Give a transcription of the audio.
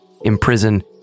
imprison